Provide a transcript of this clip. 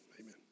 Amen